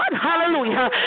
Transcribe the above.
hallelujah